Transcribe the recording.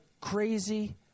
crazy